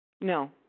No